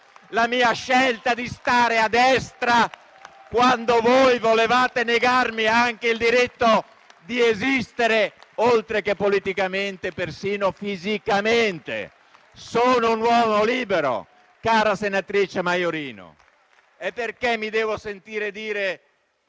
la mia scelta di stare a destra, quando voi volevate negarmi anche il diritto di esistere, oltre che politicamente, persino fisicamente. Sono un uomo libero, cara senatrice Maiorino. Perché mi devo sentire dire